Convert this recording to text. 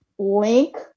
Link